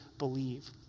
believe